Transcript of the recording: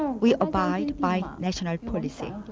we abide by national policy.